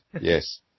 Yes